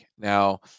now